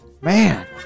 Man